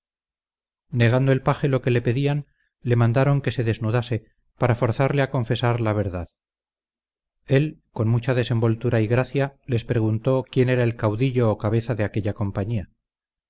negando el paje lo que le pedían le mandaron que se desnudase para forzarle a confesar la verdad él con mucha desenvoltura y gracia les preguntó quién era el caudillo o cabeza de aquella compañía